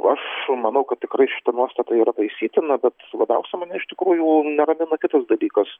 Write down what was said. aš manau kad tikrai šita nuostata yra taisytina bet labiausia mane iš tikrųjų neramina kitus dalykus